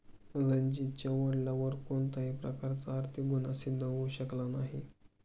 रणजीतच्या वडिलांवर कोणत्याही प्रकारचा आर्थिक गुन्हा सिद्ध होऊ शकला नाही